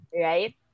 Right